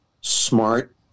smart